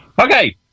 Okay